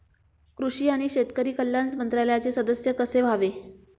कृषी आणि शेतकरी कल्याण मंत्रालयाचे सदस्य कसे व्हावे?